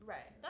Right